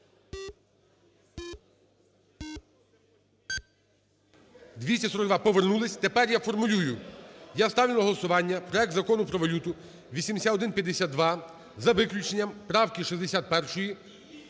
За-242 Повернулися. Тепер я формулюю. Я ставлю на голосування проект Закону про валюту (8152) за виключенням правки 261,